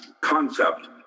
concept